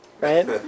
right